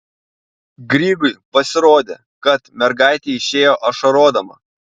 grygui pasirodė kad mergaitė išėjo ašarodama